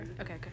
okay